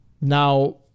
Now